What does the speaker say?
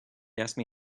asked